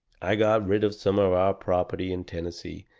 i got rid of some of our property in tennessee,